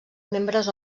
membres